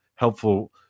helpful